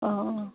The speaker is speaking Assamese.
অঁ অঁ